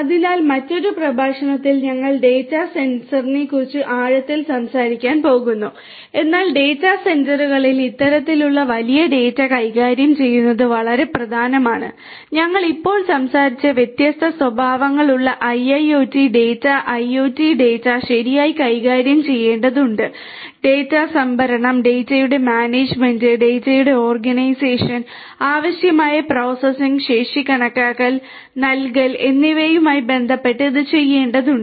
അതിനാൽ മറ്റൊരു പ്രഭാഷണത്തിൽ ഞങ്ങൾ ഡാറ്റാ സെന്ററിനെക്കുറിച്ച് ആഴത്തിൽ സംസാരിക്കാൻ പോകുന്നു എന്നാൽ ഡാറ്റാ സെന്ററുകളിൽ ഇത്തരത്തിലുള്ള വലിയ ഡാറ്റ കൈകാര്യം ചെയ്യുന്നത് വളരെ പ്രധാനമാണ് ഞങ്ങൾ ഇപ്പോൾ സംസാരിച്ച വ്യത്യസ്ത സ്വഭാവങ്ങളുള്ള IIoT ഡാറ്റ ഐഒടി ഡാറ്റ ശരിയായി കൈകാര്യം ചെയ്യേണ്ടതുണ്ട് ഡാറ്റ സംഭരണം ഡാറ്റയുടെ മാനേജ്മെന്റ് ഡാറ്റയുടെ ഓർഗനൈസേഷൻ ആവശ്യമായ പ്രോസസ്സിംഗ് ശേഷി കണക്കാക്കൽ നൽകൽ എന്നിവയുമായി ബന്ധപ്പെട്ട് ഇത് ചെയ്യേണ്ടതുണ്ട്